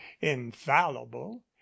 infallible